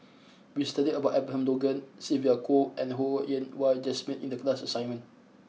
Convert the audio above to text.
we studied about Abraham Logan Sylvia Kho and Ho Yen Wah Jesmine in the class assignment